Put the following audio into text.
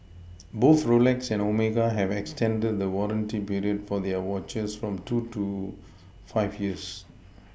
both Rolex and Omega have extended the warranty period for their watches from two to five years